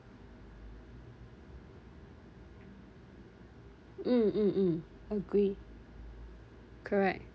mm mm mm agree correct